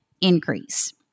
increase